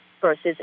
versus